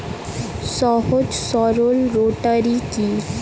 সহজ সরল রোটারি কি?